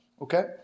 Okay